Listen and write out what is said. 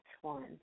one